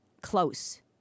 close